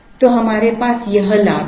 तो हमारे पास यह लाभ है